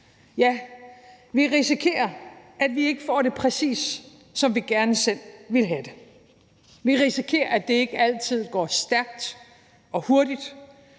Ja, vi risikerer, at vi ikke får det præcis, som vi gerne selv ville have det. Vi risikerer, at det ikke altid går stærkt og hurtigt,